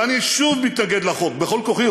ואני שוב מתנגד לחוק בכל כוחי,